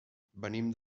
venim